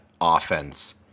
offense